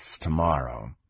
tomorrow